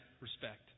respect